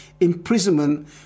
imprisonment